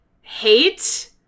hate